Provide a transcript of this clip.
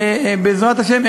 בעזרת השם,